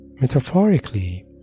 Metaphorically